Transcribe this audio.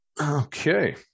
Okay